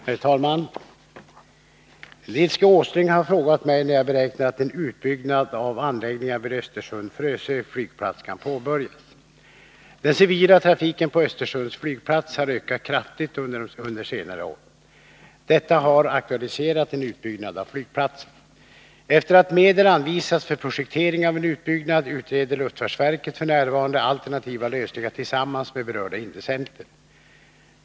Herr talman! Nils G. Åsling har frågat mig när jag beräknar att en utbyggnad av anläggningarna vid Östersund/Frösö flygplats kan påbörjas. Den civila trafiken på Östersunds flygplats har ökat kraftigt under senare år. Detta har aktualiserat en utbyggnad av flygplatsen. Efter att medel anvisats för projektering av en utbyggnad utreder luftfartsverket f.n. alternativa lösningar tillsammans med berörda intressenter.